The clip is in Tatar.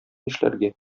нишләргә